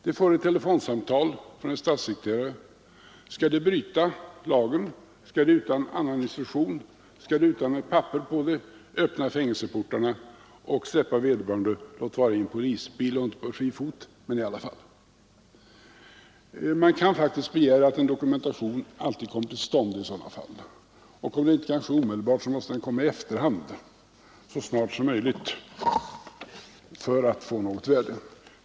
De får ett telefonsamtal från en statssekreterare — skall de bryta lagen, skall de utan annan instruktion och utan papper på uppdraget öppna fängelseportarna och släppa ut vederbörande, låt vara att han skall föras till en polisbil och inte försättas på fri fot? Man kan faktiskt begära att en dokumentation alltid kommer till stånd i sådana fall. Om den inte kan ges omedelbart måste den komma i efterhand — men så snart som möjligt, om den skall få något värde.